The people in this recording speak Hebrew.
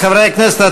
חברי הכנסת,